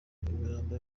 imirambo